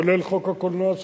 כולל חוק הקולנוע,